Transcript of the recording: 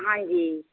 ਹਾਂਜੀ